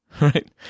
right